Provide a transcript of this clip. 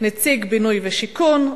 נציג משרד הבינוי והשיכון,